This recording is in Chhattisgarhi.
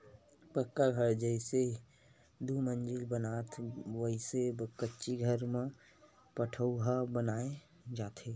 पक्का घर जइसे दू मजिला बनाथन वइसने कच्ची घर म पठउहाँ बनाय जाथे